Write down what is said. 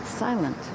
Silent